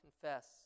confess